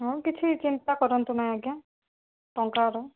ହଁ କିଛି ଚିନ୍ତା କରନ୍ତୁ ନାହିଁ ଆଜ୍ଞା ଟଙ୍କା ର